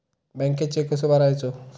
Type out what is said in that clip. बँकेत चेक कसो भरायचो?